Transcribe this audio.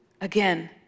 again